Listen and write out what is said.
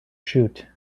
shoot